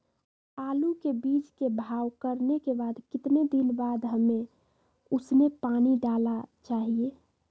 आलू के बीज के भाव करने के बाद कितने दिन बाद हमें उसने पानी डाला चाहिए?